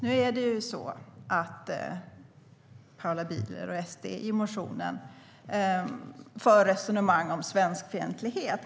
Herr talman! I motionen för Paula Bieler och SD resonemang om svenskfientlighet.